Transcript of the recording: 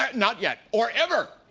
um not yet. or ever.